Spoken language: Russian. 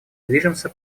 движемся